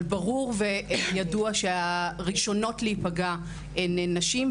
אבל ברור וידוע שהראשונות להיפגע הן נשים,